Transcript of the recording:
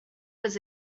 was